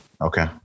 Okay